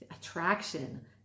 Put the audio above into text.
attraction